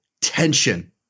tension